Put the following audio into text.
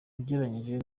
ugereranyije